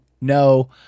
no